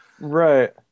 Right